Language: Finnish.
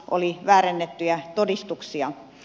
oli väärennettyjä todistuksia